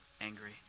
Angry